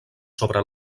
sobre